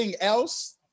else